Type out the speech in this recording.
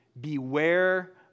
Beware